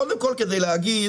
קודם כל כדי להגיד